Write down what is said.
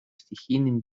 стихийным